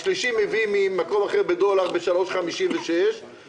השלישי מביא ממקום אחר בדולר ב-3.56 שקלים;